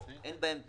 אין בהן טעם,